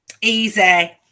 Easy